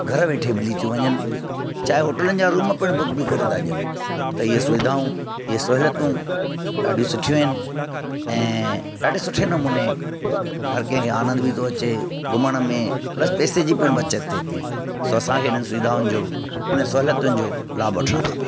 घरु वेठे मिली थियूं वञनि चाहे होटलुनि जा रूम पिणु बुक बि करे था ॾींहंनि त इहे सुविधाऊं इहे सहूलियतूं ॾाढियूं सुठियूं आहिनि ऐं ॾाढे सुठे नमूने हर कंहिंखे आनंद बि थो अचे घुमण में प्लस पैसे जी पिणु बचत थे थी सो असांखे हिननि सुविधाउनि जो हिननि सहूलियतुनि जो लाभु वठणु खपे